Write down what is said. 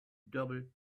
double